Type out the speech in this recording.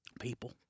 People